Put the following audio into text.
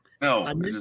No